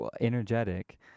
energetic